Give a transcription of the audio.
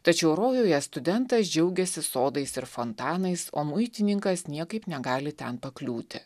tačiau rojuje studentas džiaugiasi sodais ir fontanais o muitininkas niekaip negali ten pakliūti